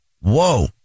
Whoa